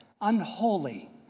unholy